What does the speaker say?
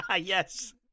Yes